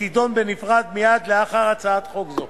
והיא תידון בנפרד מייד לאחר הצעת חוק זו.